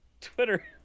Twitter